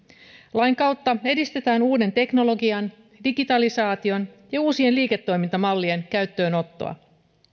lain kautta edistetään uuden teknologian digitalisaation ja uusien liiketoimintamallien käyttöönottoa